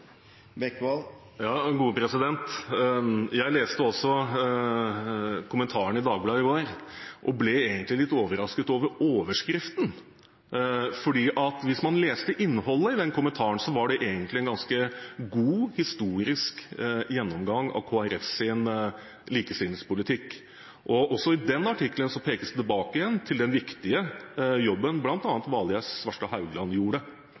Bekkevold er enig i den beskrivelsen? Jeg leste også kommentaren i Dagbladet i går, og ble egentlig litt overrasket over overskriften. For hvis man leser innholdet i den kommentaren, er det egentlig en ganske god historisk gjennomgang av Kristelig Folkepartis likestillingspolitikk. Også i den artikkelen pekes det tilbake igjen på den viktige jobben bl.a. Valgerd Svarstad Haugland gjorde.